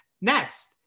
Next